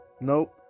Nope